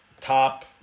Top